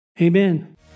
Amen